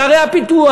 בערי הפיתוח,